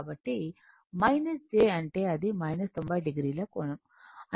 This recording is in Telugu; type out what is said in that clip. కాబట్టి j అంటే అది 90o కోణం